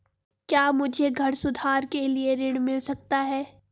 क्या मुझे घर सुधार के लिए ऋण मिल सकता है?